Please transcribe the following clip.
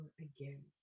again